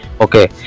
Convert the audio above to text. Okay